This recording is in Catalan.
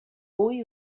hui